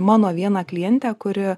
mano vieną klientę kuri